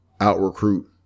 out-recruit